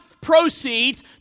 proceeds